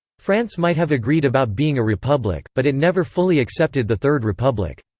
france might have agreed about being a republic, but it never fully accepted the third republic.